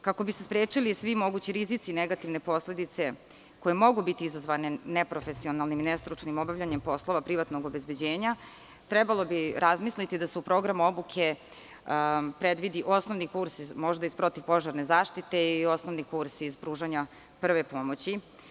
Kako bi se sprečili svi mogući rizici, negativne posledice koje mogu biti izazvane neprofesionalnim i nestručnim obavljanjem poslova privatnog obezbeđenja, trebalo bi razmisliti da se u program obuke predvidi osnovni kurs iz možda i protivpožarne zaštite i osnovni kurs iz pružanja prve pomoći.